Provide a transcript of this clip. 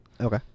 Okay